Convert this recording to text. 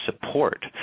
support